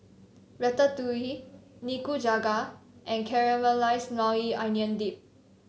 Ratatouille Nikujaga and Caramelized Maui Onion Dip